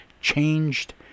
changed